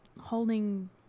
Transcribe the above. holding